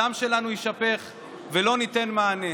הדם שלנו יישפך ולא ניתן מענה,